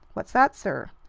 what's that, sir?